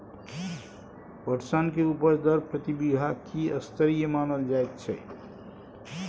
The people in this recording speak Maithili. पटसन के उपज दर प्रति बीघा की स्तरीय मानल जायत छै?